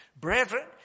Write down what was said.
Brethren